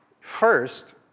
First